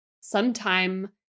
sometime